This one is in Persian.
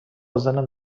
زنم